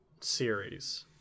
series